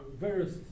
various